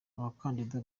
abakandida